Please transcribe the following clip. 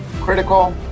critical